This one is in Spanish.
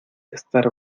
estar